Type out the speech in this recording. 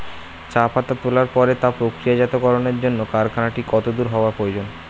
চা পাতা তোলার পরে তা প্রক্রিয়াজাতকরণের জন্য কারখানাটি কত দূর হওয়ার প্রয়োজন?